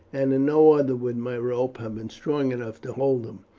and in no other would my ropes have been strong enough to hold them.